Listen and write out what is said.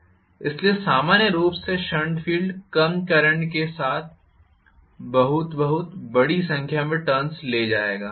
इसलिए सामान्य रूप से शंट फ़ील्ड कम करंट के साथ बहुत बहुत बड़ी संख्या में टर्न्स ले जाएगा